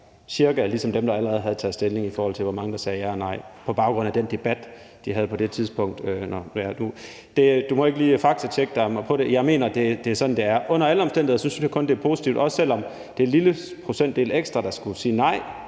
ligesom dem, der allerede havde taget stilling, i forhold til hvor mange der sagde ja og nej – på baggrund af den debat, de havde på det tidspunkt. Du må lige faktatjekke det, men jeg mener, at det er sådan, det er. Under alle omstændigheder synes jeg kun, det er positivt, også selv om en lille procentdel ekstra skulle sige nej